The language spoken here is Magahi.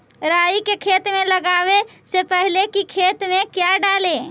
राई को खेत मे लगाबे से पहले कि खेत मे क्या डाले?